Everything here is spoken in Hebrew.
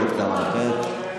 יש עוד כמה על הפרק.